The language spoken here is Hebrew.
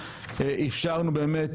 אפשרנו באמת,